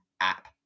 app